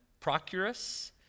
Procurus